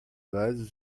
vase